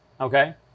okay